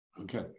okay